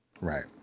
Right